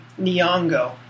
Nyong'o